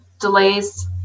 delays